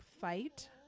fight